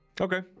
okay